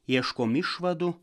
ieškom išvadų